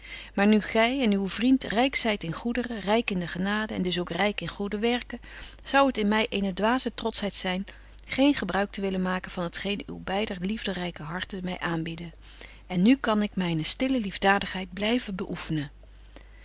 maar nu gy en uw vriend ryk zyt in goederen ryk in de genade en dus ook ryk in goede werken zou het in my eene dwaze trotschheid zyn geen gebruik te willen maken van t geen uw beider liefderyke harten my aanbieden en nu kan ik myne stille liefdadigheid blyven beoeffenen